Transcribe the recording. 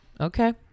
Okay